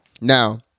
now